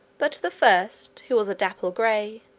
but the first, who was a dapple gray,